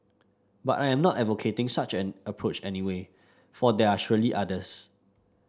but I am not advocating such an approach anyway for there are surely others